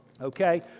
Okay